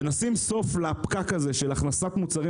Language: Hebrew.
ונשים סוף לפקק הזה של הכנסת מוצרים